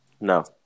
No